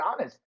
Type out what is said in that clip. honest